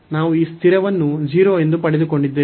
ನಾವು ಈ ಸ್ಥಿರವನ್ನು 0 ಎಂದು ಪಡೆದುಕೊಂಡಿದ್ದೇವೆ ಮತ್ತು ನಂತರ